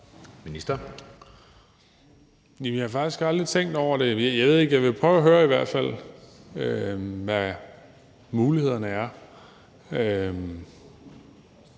Jeg har faktisk aldrig tænkt over det. Jeg vil i hvert fald prøve at høre, hvad mulighederne er.